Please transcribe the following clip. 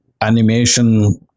animation